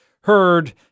heard